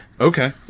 Okay